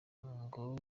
ngo